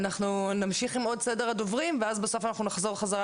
אנחנו נמשיך עם עוד סדר הדוברים ואז בסוף אנחנו נחזור חזרה